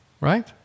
Right